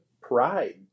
pride